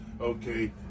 Okay